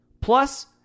Plus